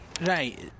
Right